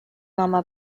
mama